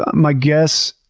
my guess,